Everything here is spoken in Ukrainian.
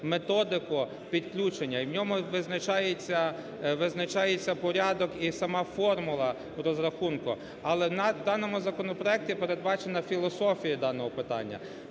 методику підключення. І в ньому визначається порядок і сама формула розрахунку. Але в даному законопроекті передбачена філософія даного питання,